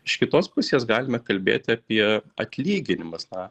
iš kitos pusės galime kalbėti apie atlyginimas na